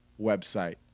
website